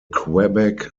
quebec